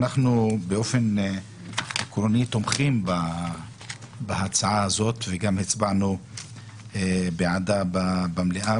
באופן עקרוני אנחנו תומכים בהצעה הזאת וגם הצבענו בעדה במליאה,